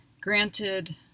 granted